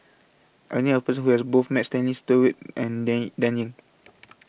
I knew A Person Who has Both Met Stanley Stewart and Dan Dan Ying